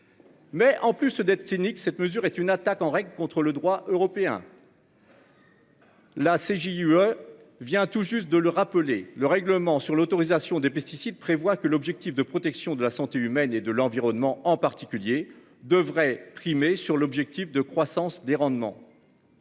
Mais en plus d'être cynique, cette mesure est une attaque en règle contre le droit européen. La CJUE vient tout juste de le rappeler le règlement sur l'autorisation des pesticides prévoit que l'objectif de protection de la santé humaine et de l'environnement en particulier devrait primer sur l'objectif de croissance des rendements.